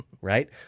Right